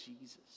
Jesus